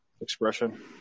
expression